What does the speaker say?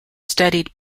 studied